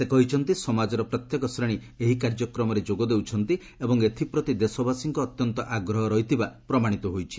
ସେ କହିଛନ୍ତି ସମାଜର ପ୍ରତ୍ୟେକ ଶ୍ରେଣୀ ଏହି କାର୍ଯ୍ୟକ୍ରମରେ ଯୋଗ ଦେଉଛନ୍ତି ଏବଂ ଏଥି ପ୍ରତି ଦେଶବାସୀଙ୍କ ଅତ୍ୟନ୍ତ ଆଗ୍ରହ ରହିଥିବା ପ୍ରମାଣିତ ହୋଇଛି